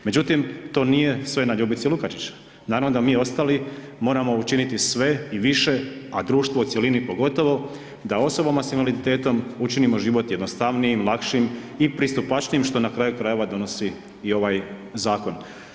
Međutim, to nije sve na Ljubici Lukačić, naravno da mi ostali moramo učiniti sve i više, a društvo u cjelini pogotovo da osobama s invaliditetom učinimo život jednostavnijim, lakšim i pristupačnijim što na kraju krajeva donosi i ovaj zakon.